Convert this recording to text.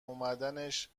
اومدنش